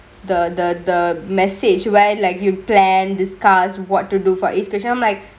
the the the message where like you plan discuss what to do for each question like